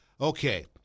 Okay